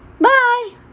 Bye